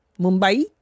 Mumbai